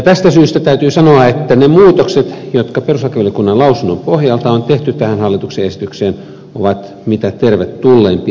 tästä syystä täytyy sanoa että ne muutokset jotka perustuslakivaliokunnan lausunnon pohjalta on tehty tähän hallituksen esitykseen ovat mitä tervetulleimpia